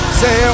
say